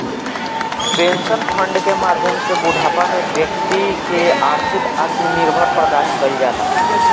pension fund के माध्यम से बूढ़ापा में बैक्ति के आर्थिक आत्मनिर्भर प्रदान कईल जाला